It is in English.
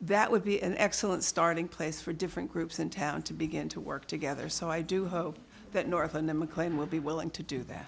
that would be an excellent starting place for different groups in town to begin to work together so i do hope that north and the mclean will be willing to do that